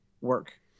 work